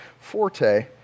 forte